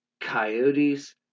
coyotes